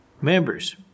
members